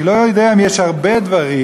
אני לא יודע אם יש הרבה דברים,